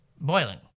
boiling